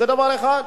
זה דבר אחד.